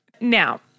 Now